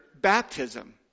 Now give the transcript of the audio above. baptism